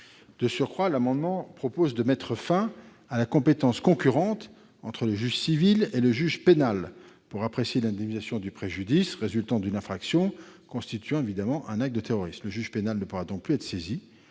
De surcroît, cet amendement vise à mettre fin aux compétences concurrentes du juge civil et du juge pénal pour apprécier l'indemnisation du préjudice résultant d'une infraction constituant un acte de terrorisme. Le juge pénal ne pourrait donc plus être saisi